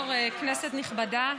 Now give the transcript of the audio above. כנסת נכבדה.